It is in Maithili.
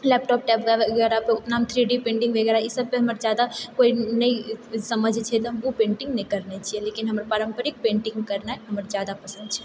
लैपटॉप टैब वगैरह पर ओतना हम थ्री डी क्रिएटिव पेन्टिङ्ग वगैरह इसभ पर हमर जादा कोइ नहि समझै छै तऽ हम ओ पेन्टिङ्ग नहि करने छिऐ लेकिन हम पारम्परिक पेन्टिङ्ग करनाइ हमरा जादा पसन्द छै